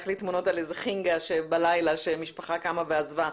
לי תמונות על איזה חינגה בלילה שמשפחה קמה ועזבה.